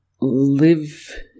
live